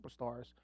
superstars